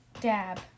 Dab